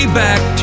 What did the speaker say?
back